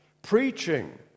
preaching